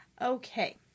Okay